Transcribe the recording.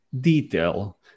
detail